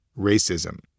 Racism